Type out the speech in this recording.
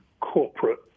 corporate